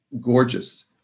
gorgeous